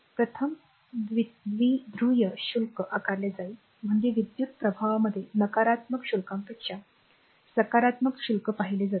प्रथम द्विध्रुवीय शुल्क आकारले जाईल म्हणजे विद्युत प्रभावांमध्ये नकारात्मक शुल्कापेक्षा सकारात्मक शुल्क पाहिले जाते